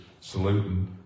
saluting